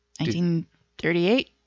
1938